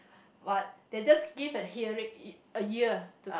but they just give a hearing a ear to